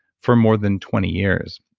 for more than twenty years.